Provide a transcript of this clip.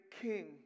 king